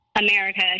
America